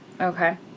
okay